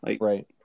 Right